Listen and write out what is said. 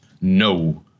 no